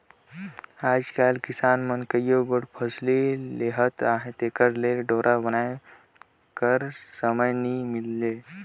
आएज किसान मन कइयो गोट फसिल लेहत अहे तेकर ले डोरा बनाए कर समे नी मिले